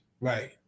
Right